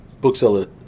bookseller